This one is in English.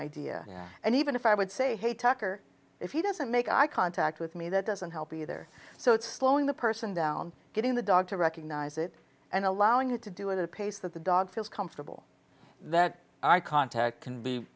idea and even if i would say hey tucker if he doesn't make eye contact with me that doesn't help either so it's slowing the person down getting the dog to recognize it and allowing it to do it at a pace that the dog feels comfortable that our contact can be